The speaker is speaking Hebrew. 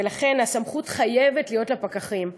ולכן חייבת להיות סמכות לפקחים.